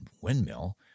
windmill